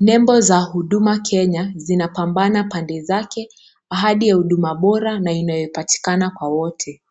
Nembo za huduma Kenya zinapambana pande zake ahadi ya huduma bora na inayopatikana kwa wote.